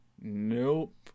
Nope